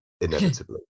inevitably